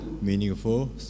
meaningful